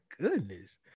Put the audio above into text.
goodness